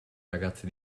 ragazze